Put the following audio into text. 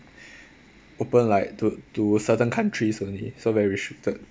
open like to to certain countries only so very restricted